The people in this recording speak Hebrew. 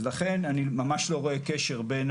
לכן אני ממש לא רואה קשר בין